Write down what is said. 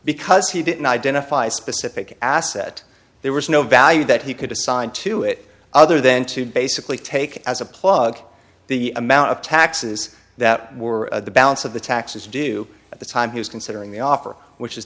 because he didn't identify specific asset there was no value that he could assign to it other than to basically take as a plug the amount of taxes that were the balance of the taxes due at the time he was considering the offer which is